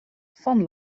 van